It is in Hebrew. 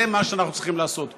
זה מה שאנחנו צריכים לעשות פה.